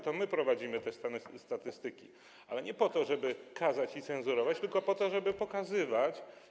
To my prowadzimy te statystyki, ale nie po to, żeby kazać i cenzurować, tylko po to, żeby pokazywać.